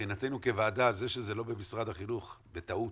מבחינתנו כוועדה זה שזה לא במשרד החינוך, בטעות,